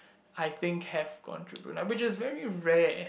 I think have gone through Brunei which is very rare